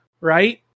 right